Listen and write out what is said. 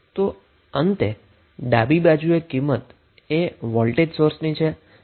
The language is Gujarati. તો અંતે બાકી વેલ્યુ એ વોલ્ટેજ સોર્સ ની છે